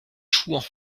chouans